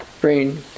brain